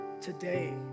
Today